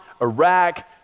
Iraq